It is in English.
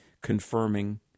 confirming